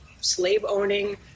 slave-owning